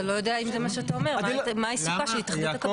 אתה לא יודע אם זה מה שאתה אומר מה עיסוקה של התאחדות הקבלנים.